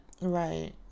Right